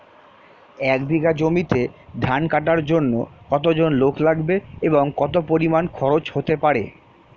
এক বিঘা জমিতে ধান কাটার জন্য কতজন লোক লাগবে এবং কত পরিমান খরচ হতে পারে?